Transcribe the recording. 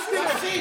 אתה פשיסט.